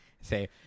Say